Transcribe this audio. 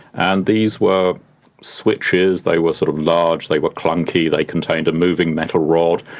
and these were switches, they were sort of large, they were clunky, they contained a moving metal rod,